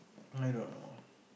I don't know